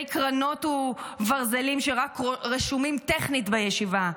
קרנות וברזלים שרק רשומים טכנית בישיבה,